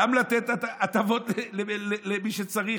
גם לתת הטבות למי שצריך,